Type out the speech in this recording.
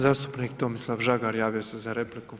Zastupnik Tomislav Žagar javio se za repliku.